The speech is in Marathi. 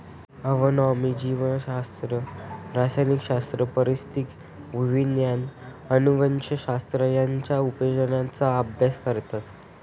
ॲग्रोनॉमी जीवशास्त्र, रसायनशास्त्र, पारिस्थितिकी, भूविज्ञान, अनुवंशशास्त्र यांच्या उपयोजनांचा अभ्यास करतात